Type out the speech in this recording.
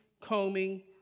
combing